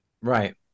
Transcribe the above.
Right